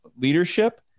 leadership –